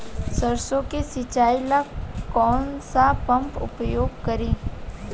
सरसो के सिंचाई ला कौन सा पंप उपयोग करी?